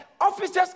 Officers